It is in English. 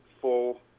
full